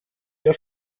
der